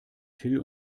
till